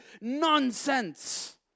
nonsense